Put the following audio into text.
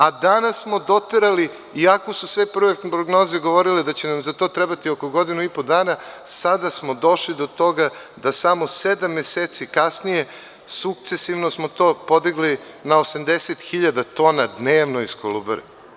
A danas smo doterali, iako su sve prve prognoze govorile da će nam za to trebati oko godinu i po dana, sada smo došli do toga da samo sedam meseci kasnije, sukcesivno smo podigli na 80 hiljada tona dnevno iz Kolubare.